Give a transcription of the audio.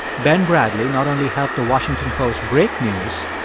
ben bradlee not only helped the washington post break news,